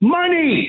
money